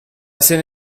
seine